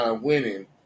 Winning